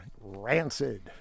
rancid